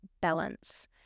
balance